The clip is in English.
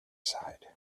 side